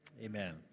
Amen